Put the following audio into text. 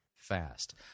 Fast